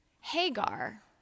Hagar